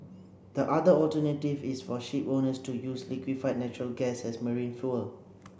the other alternative is for shipowners to use liquefied natural gas as marine fuel